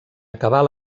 acabar